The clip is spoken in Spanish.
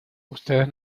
ustedes